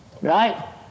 right